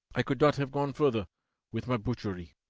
i could not have gone further with my butchery.